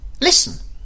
listen